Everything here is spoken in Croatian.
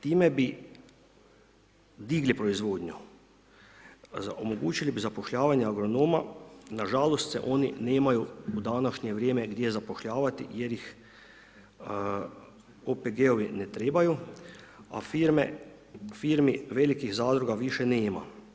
Time bi digli proizvodnju, omogućili bi zapošljavanje agronoma nažalost se oni nemaju u današnje vrijeme gdje zapošljavati jer ih OPG-ovi ne trebaju a firme, firmi velikih zadruga više nema.